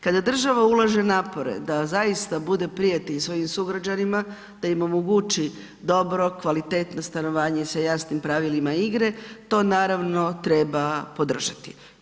Kada država ulaže napore da zaista bude prijatelj svojim sugrađanima, da im omogući dobro, kvalitetno stanovanje sa jasnim pravilima igre to naravno treba podržati.